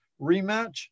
rematch